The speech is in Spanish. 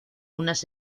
unas